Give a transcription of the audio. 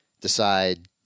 decide –